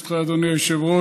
ברשותך, אדוני היושב-ראש,